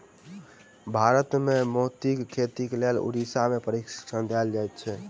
भारत मे मोतीक खेतीक लेल उड़ीसा मे प्रशिक्षण देल जाइत छै